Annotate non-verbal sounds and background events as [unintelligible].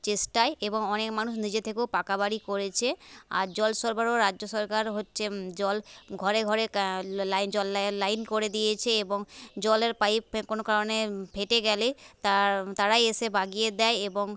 চেষ্টায় এবং অনেক মানুষ নিজে থেকেও পাকা বাড়ি করেছে আর জল সরবরাহ রাজ্য সরকার হচ্ছে জল ঘরে ঘরে [unintelligible] লাইন করে দিয়েছে এবং জলের পাইপ কোনো কারণে ফেটে গেলে [unintelligible] তারাই এসে লাগিয়ে দেয় এবং